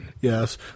Yes